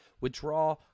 withdraw